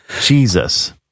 Jesus